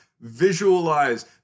Visualize